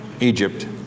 Egypt